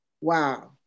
Wow